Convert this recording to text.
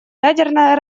ядерное